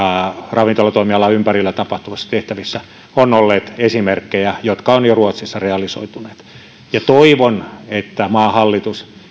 ravintolatoimialan ympärillä tapahtuvissa tehtävissä ovat olleet esimerkkejä jotka ruotsissa ovat jo realisoituneet toivon että maan hallitus